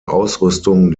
ausrüstung